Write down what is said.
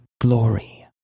glory